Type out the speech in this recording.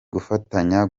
gufatanya